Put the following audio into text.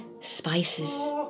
spices